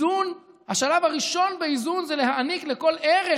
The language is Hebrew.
השלב הראשון באיזון זה להעניק לכל ערך